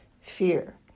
fear